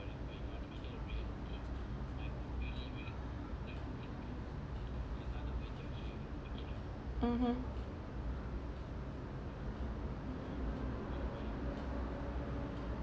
(uh huh)